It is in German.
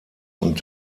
und